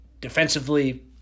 defensively